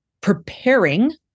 preparing